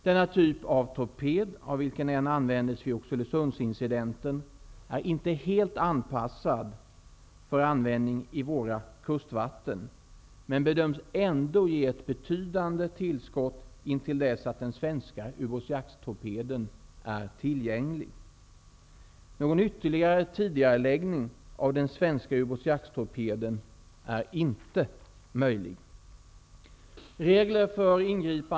Denna typ av torped, av vilken en användes vid Oxelösundsincidenten, är inte helt anpassad för användning i våra kustvatten, men bedöms ändå ge ett betydande tillskott intill dess att den svenska ubåtsjakttorpeden är tillgänglig. Någon ytterligare tidigareläggning av den svenska ubåtsjakttorpeden är inte möjlig.